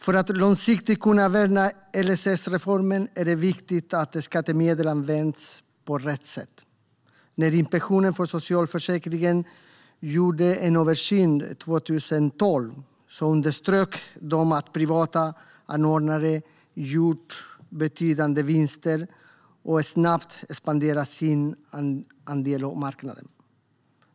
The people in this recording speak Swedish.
För att långsiktigt kunna värna LSS-reformen är det viktigt att skattemedlen används på rätt sätt. När Inspektionen för socialförsäkringen gjorde en översyn 2012 underströk de att privata anordnare gjort betydande vinster och snabbt expanderat sin andel av marknaden.